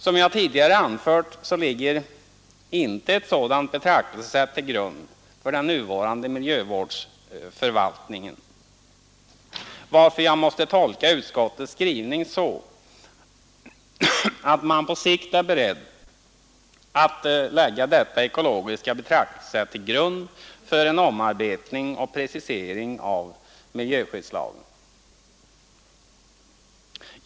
Som jag tidigare anfört ligger inte ett ekologiskt betraktelsesätt till grund för den nuvarande miljövårdsförvaltningen, varför jag måste tolka utskottets skrivning så, att man på sikt är beredd att lägga detta ekologiska betraktelsesätt till grund för en omarbetning och precisering av miljöskyddslagen.